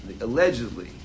allegedly